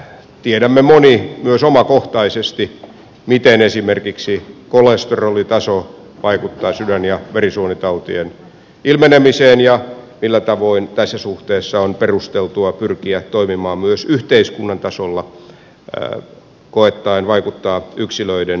tiedämme moni myös omakohtaisesti miten esimerkiksi kolesterolitaso vaikuttaa sydän ja verisuonitautien ilmenemiseen ja millä tavoin tässä suhteessa on perusteltua pyrkiä toimimaan myös yhteiskunnan tasolla koettaen vaikuttaa yksilöiden kulutuskäyttäytymiseen